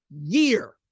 year